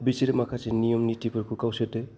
बिसोरो माखासे नियम नितिफोरखौ गावसोरनो